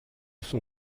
son